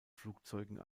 flugzeugen